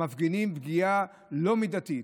המפגינים, ופגיעה לא מידתית.